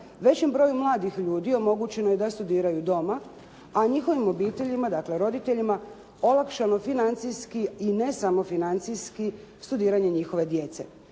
Većem broju mladih ljudi omogućeno je da studiraju doma, a njihovim obiteljima, dakle roditeljima olakšamo financijski i ne samo financijski studiranje njihove djece.